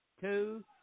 Two